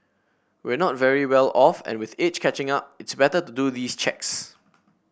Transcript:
we're not very well off and with age catching up it's better to do these checks